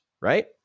right